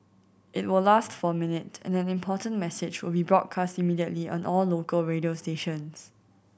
it will last for a minute and an important message will be broadcast immediately on all local radio stations